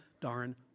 darn